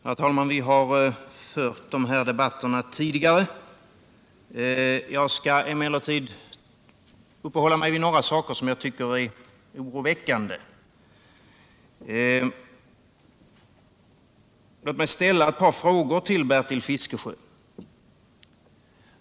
Herr talman! Vi har fört de här debatterna tidigare. Jag skall emellertid uppehålla mig vid några saker som jag tycker är oroväckande. Låt mig ställa ett par frågor till Bertil Fiskesjö.